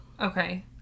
Okay